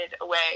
away